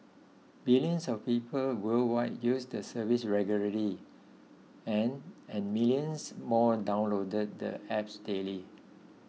billions of people worldwide use the service regularly and and millions more download the apps daily